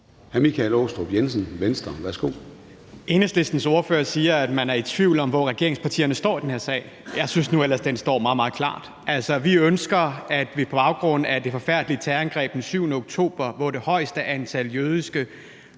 Michael Aastrup Jensen (V): Enhedslistens ordfører siger, at man er i tvivl om, hvor regeringspartierne står i den her sag. Jeg synes nu ellers, regeringen står meget, meget klart. På baggrund af det forfærdelige terrorangreb den 7. oktober, hvor det højeste antal jødiske